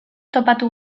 topatu